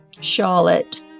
Charlotte